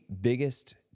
biggest